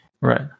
Right